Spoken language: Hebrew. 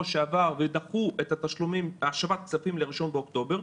שעבר ודחו את השבת הכספים ל-1 באוקטובר,